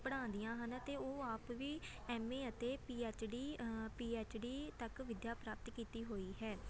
ਪੜ੍ਹਾਉਂਦੀਆਂ ਹਨ ਅਤੇ ਉਹ ਆਪ ਵੀ ਐੱਮ ਏ ਅਤੇ P H D P H D ਤੱਕ ਵਿੱਦਿਆ ਪ੍ਰਾਪਤ ਕੀਤੀ ਹੋਈ ਹੈ